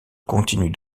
continue